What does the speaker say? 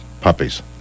puppies